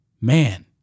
Man